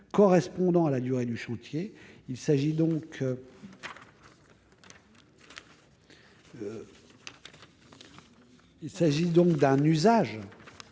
pour toute la durée du chantier. Il s'agit donc d'un usage